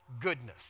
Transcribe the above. goodness